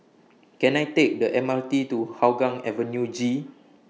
Can I Take The M R T to Hougang Avenue G